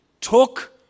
took